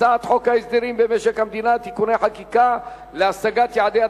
הצעת חוק הסדרים במשק המדינה (תיקוני חקיקה להשגת יעדי התקציב)